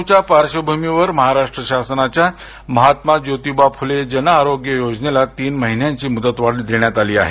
corona साथीच्या पार्श्वभूमीवर महाराष्ट्र शासनाच्या महात्मा ज्योतिबा फुले जन आरोग्य योजनेला तीन महिन्यांसाठी मुदतवाढ देण्यात आली आहे